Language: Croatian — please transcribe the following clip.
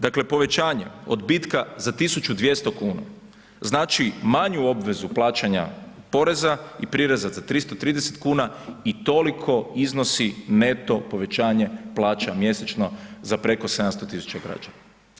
Dakle, povećanje odbitka za 1200 kn znači manju obvezu plaćanja poreza i prireza za 330 kn i toliko iznosi neto povećanje plaća mjesečno za preko 700 tisuća građana.